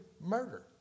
murder